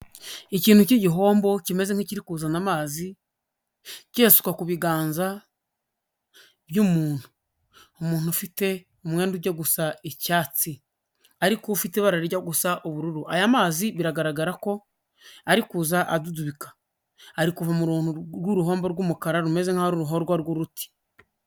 Ikintu cy'igihombo kimeze nk'ikiri kuzana amazi kiyasuka ku biganza by'umuntu, umuntu ufite umwenda ujya gusa icyatsi, ariko ufite ibara ryo gusa ubururu, aya mazi biragaragara ko ari kuza adudubika, ari kuva mu runtu rw'uruhombo rw'umukara rumeze nk'aho ari uruhorwa rw'uruti.